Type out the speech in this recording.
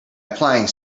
applying